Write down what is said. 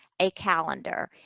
a calendar.